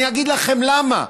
אני אגיד לכם למה: